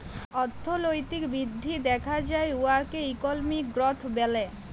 অথ্থলৈতিক বিধ্ধি দ্যাখা যায় উয়াকে ইকলমিক গ্রথ ব্যলে